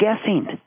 guessing